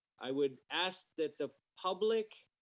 i would ask that the public,